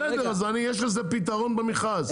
בסדר, יש לזה פתרון במכרז.